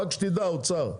נציג האוצר,